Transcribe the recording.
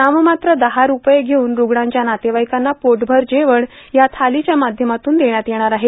नाममात्र दहा रूपये षेऊन रूग्णांच्या नातेवाईकांना पोटभर जेवण या थालीच्या माध्यमातून देण्यात येणार आहे